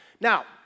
Now